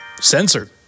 censored